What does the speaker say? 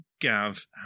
Gav